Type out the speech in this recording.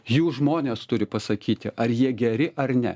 jų žmonės turi pasakyti ar jie geri ar ne